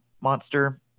monster